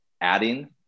adding